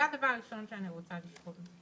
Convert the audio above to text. זה הדבר הראשון שאני רוצה לשאול.